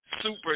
super